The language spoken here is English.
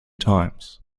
times